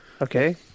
Okay